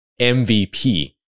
MVP